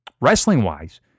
Wrestling-wise